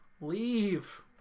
Leave